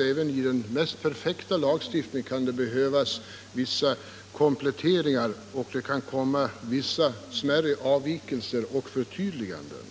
även i den mest perfekta lagstiftning kan det behövas vissa kompletteringar, och det kan uppstå smärre avvikelser och göras förtydliganden.